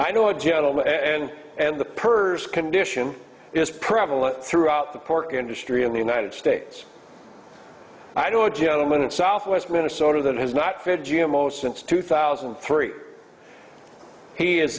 i know a gentleman and and the purse condition is prevalent throughout the pork industry in the united states i do a gentleman in southwest minnesota that has not fed g m o since two thousand and three he is